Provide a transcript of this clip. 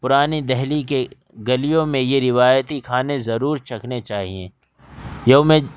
پرانی دہلی کے گلیوں میں یہ روایتی کھانے ضرور چکھنے چاہئیں یوم